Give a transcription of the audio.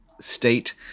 state